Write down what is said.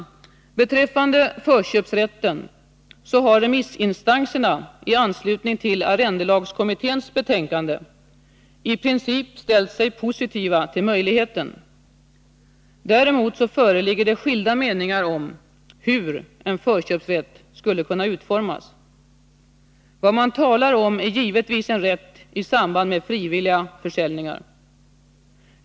Beträffande förköpsrätten har remissinstanserna i anslutning till arrendelagskommitténs betänkande i princip ställt sig positiva till möjligheten. Däremot föreligger det skilda meningar om hur en förköpsrätt skulle kunna utformas. Vad man talar om är givetvis en rätt i samband med frivilliga försäljningar.